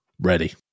Ready